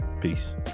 Peace